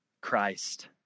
Christ